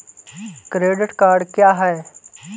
Credit card क्या है?